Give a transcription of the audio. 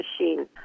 machine